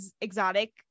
exotic